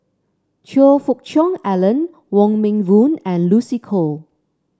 Choe Fook Cheong Alan Wong Meng Voon and Lucy Koh